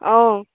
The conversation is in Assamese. অঁ